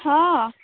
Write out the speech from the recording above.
ହଁ